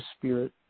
spirit